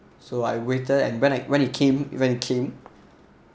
so I waited and when it when it came when it came